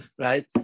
right